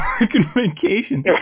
vacation